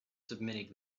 submitting